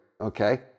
okay